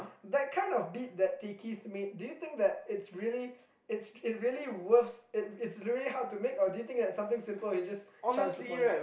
that kind of beat that tickets made do you think that its really its really hard to make or do you think it's something simple he's just chanced on it